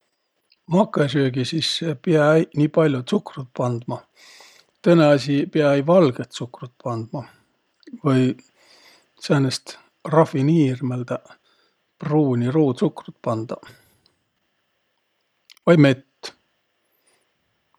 Makõsöögi sisse piä-äiq nii pall'o tsukrut pandma. Tõnõ asi – piä-äi valgõt tsukrut pandma. Või säänest rafiniirmäldäq pruuni ruutsukrut pandaq. Vai mett.